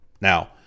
Now